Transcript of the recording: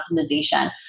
optimization